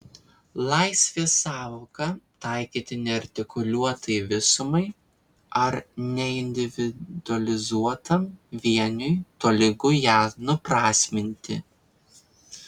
laisvės sąvoką taikyti neartikuliuotai visumai ar neindividualizuotam vieniui tolygu ją nuprasminti